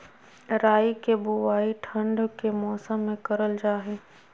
राई के बुवाई ठण्ड के मौसम में करल जा हइ